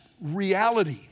reality